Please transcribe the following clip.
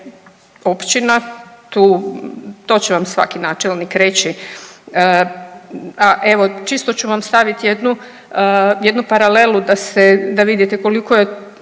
općina, to će vam svaki načelnik reći. A evo čisto ću vam staviti jednu paralelu da vidite koliko je